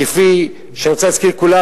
כפי שאני רוצה להזכיר לכולם,